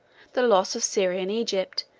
the loss of syria and egypt,